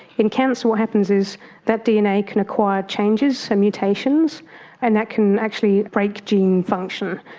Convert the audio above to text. in cancer what happens is that dna can acquire changes and mutations and that can actually break gene function,